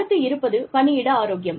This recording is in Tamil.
அடுத்து இருப்பது பணியிட ஆரோக்கியம்